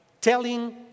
telling